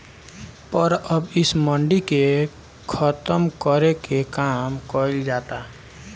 पर अब इ मंडी के खतम करे के काम कइल जाता